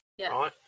right